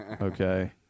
Okay